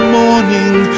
morning